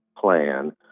plan